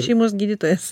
šeimos gydytojas